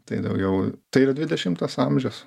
tai daugiau tai yra dvidešimtas amžius